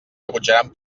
rebutjaran